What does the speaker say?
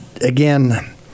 again